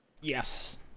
Yes